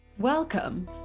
welcome